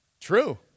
True